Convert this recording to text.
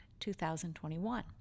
2021